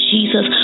Jesus